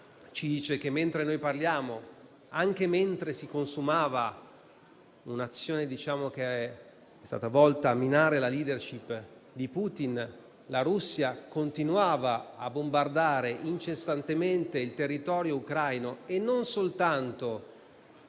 ci dice che, mentre parliamo e anche mentre si consumava un'azione volta a minare la *leadership* di Putin, la Russia continua a bombardare incessantemente il territorio ucraino e non soltanto